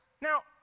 Now